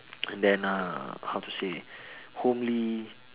and then uh how to say homely